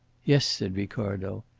yes, said ricardo.